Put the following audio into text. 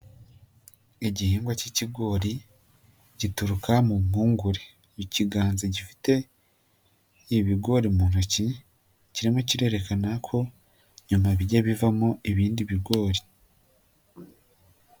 Igihingwa cy'ikigori, gituruka mu mpunguri, ikiganza gifite ibigori mu ntoki, kirimo kirerekana ko nyuma bijya bivamo ibindi bigori.